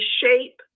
shape